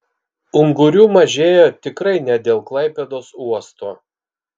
ungurių mažėja tikrai ne dėl klaipėdos uosto